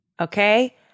okay